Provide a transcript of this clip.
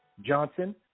Johnson